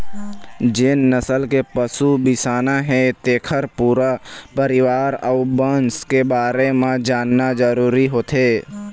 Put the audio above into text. जेन नसल के पशु बिसाना हे तेखर पूरा परिवार अउ बंस के बारे म जानना जरूरी होथे